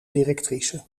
directrice